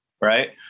right